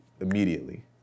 immediately